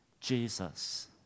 Jesus